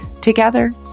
Together